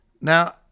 Now